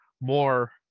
more